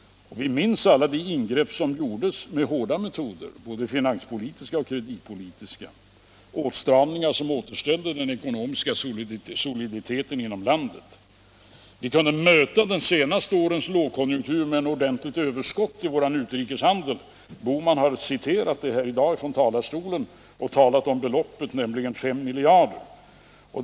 Vi minns alla de ingrepp som gjordes med hårda metoder, både finanspolitiska och kreditpolitiska, åtstramningar som återställde den ekonomiska soliditeten inom landet. Vi kunde möta de senaste årens lågkonjunktur med ett ordentligt överskott i vår utrikeshandel — herr Bohman talade om det i dag och nämnde beloppet, 5 miljarder kronor.